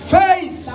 faith